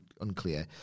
Unclear